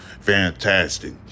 fantastic